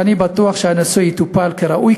ואני בטוח שהנושא יטופל כראוי,